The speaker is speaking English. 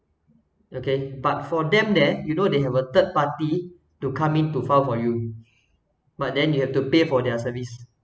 okay but for them there you know they have a third party to come in to file for you but then you have to pay for their service